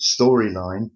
storyline